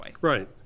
Right